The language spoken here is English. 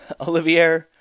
Olivier